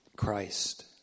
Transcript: Christ